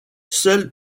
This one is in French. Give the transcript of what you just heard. seul